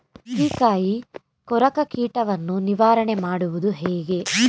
ಚುಕ್ಕಿಕಾಯಿ ಕೊರಕ ಕೀಟವನ್ನು ನಿವಾರಣೆ ಮಾಡುವುದು ಹೇಗೆ?